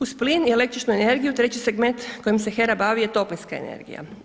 Uz plin i električnu energiju, treći segment kojim se HERA bavi je toplinska energija.